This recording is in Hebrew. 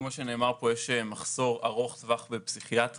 כמו שנאמר פה, יש מחסור ארוך טווח בפסיכיאטרים.